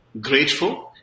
grateful